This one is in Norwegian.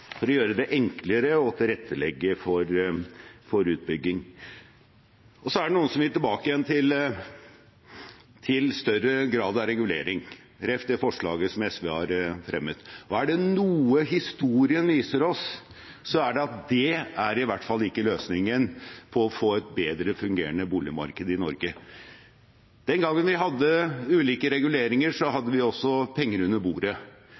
for å gjøre det enklere å tilrettelegge for utbygging. Så er det noen som vil tilbake igjen til større grad av regulering. Jeg refererer til forslaget som SV har fremmet. Er det noe historien viser oss, er det at det er i hvert fall ikke løsningen på å få et bedre fungerende boligmarked i Norge. Den gangen vi hadde ulike reguleringer, hadde vi også penger under bordet.